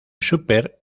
súper